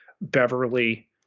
Beverly